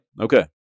Okay